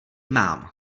mám